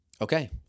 Okay